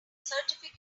certificate